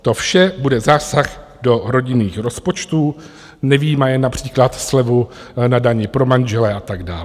To vše bude zásah do rodinných rozpočtů, nevyjímaje například slevu na dani pro manžele a tak dále.